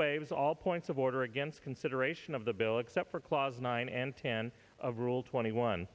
waives all points of order against consideration of the bill except for clause nine and ten of rule twenty one